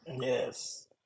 yes